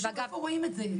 איפה רואים את זה?